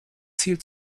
ziel